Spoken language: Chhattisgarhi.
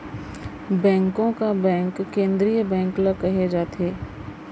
बेंको का बेंक केंद्रीय बेंक ल केहे जाथे